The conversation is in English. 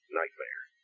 nightmare